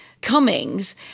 Cummings